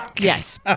Yes